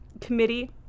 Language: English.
Committee